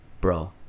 bro